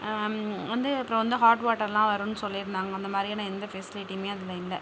வந்து அப்புறம் வந்து ஹாட் வாட்டர்லாம் வரும்னு சொல்லியிருந்தாங்க அந்த மாதிரியான எந்த ஃபெசிலிட்டியுமே அதில் இல்லை